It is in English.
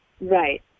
Right